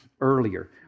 earlier